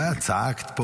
צעקת פה.